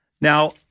Now